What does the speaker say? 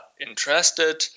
interested